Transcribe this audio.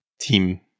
team